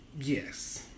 Yes